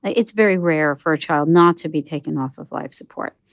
it's very rare for a child not to be taken off of life support.